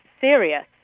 serious